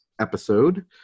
episode